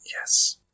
Yes